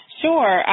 sure